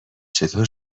چطور